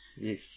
Yes